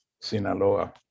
sinaloa